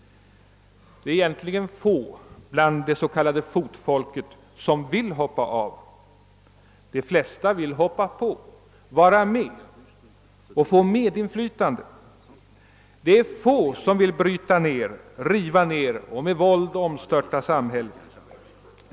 Det är egntligen få bland det s.k. fotfolket som vill stiga av. De flesta vill stiga på och få medinflytande. Det är få som vill bryta ned och med våld omstörta samhället.